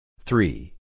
Three